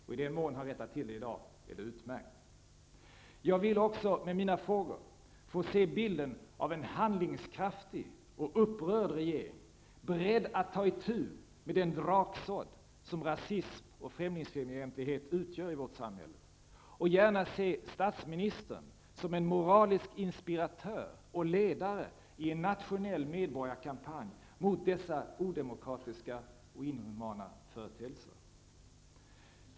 I den mån han rättar till det i dag är det utmärkt. Jag vill också med mina frågor få se bilden av en handlingskraftig och upprörd regering, beredd att ta itu med den draksådd som rasism och främlingsfientlighet utgör i vårt samhälle. Jag vill gärna se statsministern som en moralisk inspiratör och ledare i en nationell medborgarkampanj mot dessa odemokratiska och inhumana företeelser.